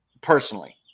personally